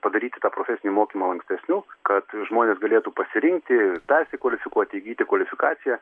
padaryti tą profesinį mokymą lankstesniu kad žmonės galėtų pasirinkti persikvalifikuoti įgyti kvalifikaciją